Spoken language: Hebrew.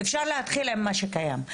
אפשר להתחיל עם מה שקיים,